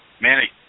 Manny